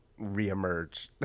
reemerge